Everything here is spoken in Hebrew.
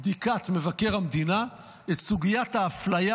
בדיקת מבקר המדינה את סוגית האפליה